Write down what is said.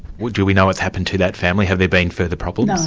well do we know what's happened to that family, have there been further problems? no,